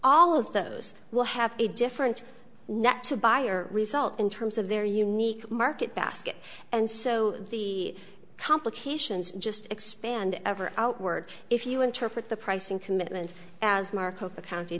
all of those will have a different net to buy or result in terms of their unique market basket and so the complications just expand ever outward if you interpret the pricing commitment as market the